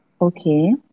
okay